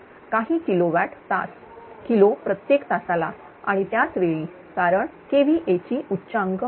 काही किलोवॅट तास किलो प्रत्येक तासाला आणि त्याच वेळी कारण kVA ची उच्चांक मागणी